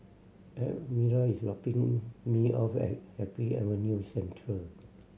Elmira is dropping me off at Happy Avenue Central